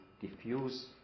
diffuse